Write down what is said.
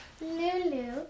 Lulu